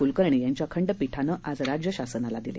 कुलकर्णी यांच्या खंडपीठाने आज राज्यशासनाला दिले